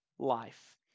life